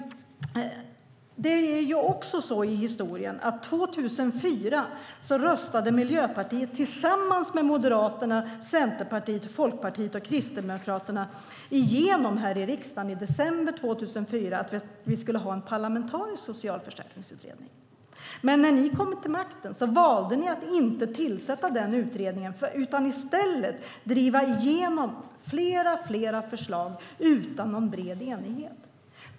I december 2004 röstade Miljöpartiet tillsammans med Moderaterna, Centerpartiet, Folkpartiet och Kristdemokraterna här i riksdagen igenom att vi skulle ha en parlamentarisk socialförsäkringsutredning. När ni kom till makten valde ni att inte tillsätta den utredningen. I stället drev ni igenom flera förslag utan bred enighet.